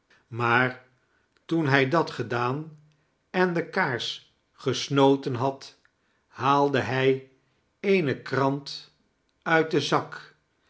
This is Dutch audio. maar toen hij dat gedaan en de kaars gesnoten had haalde hij eene krant uit den zak